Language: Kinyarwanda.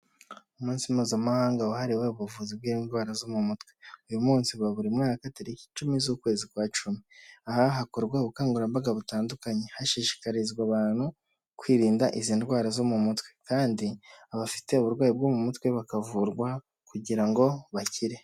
Umunsi mpuzamahanga wahariwe ubuvuzi bw'indwara zo mu mutwe, uyu munsi uba buri mwaka tariki icumi z'ukwezi kwa cumi, aha hakorwa ubukangurambaga butandukanye hashishikarizwa abantu kwirinda izi ndwara zo mu mutwe, aha kandi abafite uburwayi bwo mu mutwe bakavurwa kugira ngo bakire.